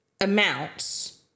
amounts